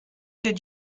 did